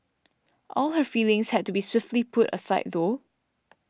all her feelings had to be swiftly put aside though